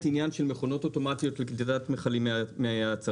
את העניין של מכונות אוטומטיות לאיסוף מכלים מהצרכנים.